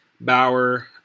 Bauer